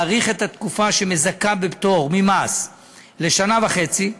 החלטנו להאריך את התקופה שמזכה בפטור ממס לשנה וחצי,